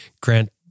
Grant